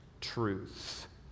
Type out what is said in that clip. truth